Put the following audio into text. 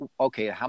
okay